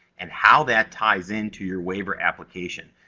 and how that ties in to your waiver application.